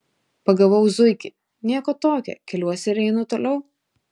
pagavau zuikį nieko tokio keliuosi ir einu toliau